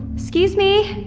excuse me?